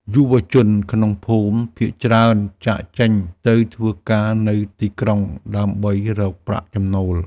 យុវជនក្នុងភូមិភាគច្រើនចាកចេញទៅធ្វើការនៅទីក្រុងដើម្បីរកប្រាក់ចំណូល។